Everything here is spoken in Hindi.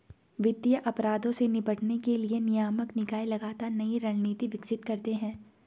वित्तीय अपराधों से निपटने के लिए नियामक निकाय लगातार नई रणनीति विकसित करते हैं